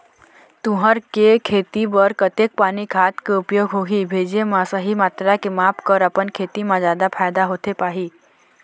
तुंहर के खेती बर कतेक पानी खाद के उपयोग होही भेजे मा सही मात्रा के माप कर अपन खेती मा जादा फायदा होथे पाही?